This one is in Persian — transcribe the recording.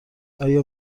آیا